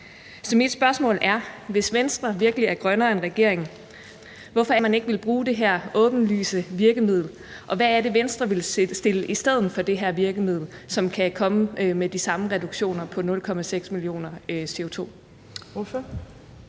Så mit spørgsmål er: Hvis Venstre virkelig er grønnere end regeringen, hvorfor vil man så ikke bruge det her åbenlyse virkemiddel, og hvad er det, Venstre vil stille i stedet for det her virkemiddel, som kan komme med de samme reduktioner på 0,6 mio. t CO2?